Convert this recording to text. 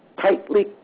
tightly